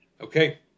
Okay